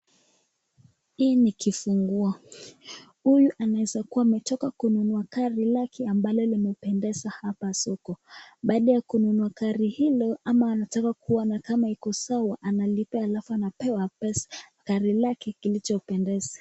Hii ni kifunguo. Huyu anaweza kuwa ametoka kununua gari lake ambalo limependeza hapa soko. Baada ya kununua gari hilo ama anataka kuona kama iko sawa analipa halafu anapewa gari lake lililompendeza.